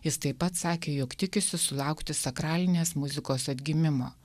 jis taip pat sakė jog tikisi sulaukti sakralinės muzikos atgimimo